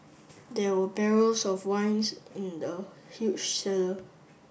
there were barrels of wines in the huge cellar